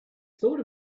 thought